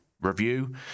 review